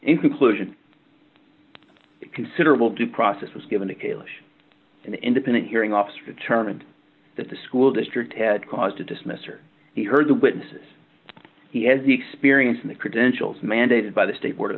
inclusion considerable due process was given to kailash an independent hearing officer determined that the school district had cause to dismiss or he heard the witnesses he has the experience and the credentials mandated by the state board of